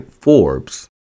Forbes